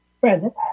Present